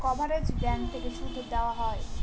coverage bank থেকে সুদ দেওয়া হয়